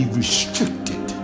restricted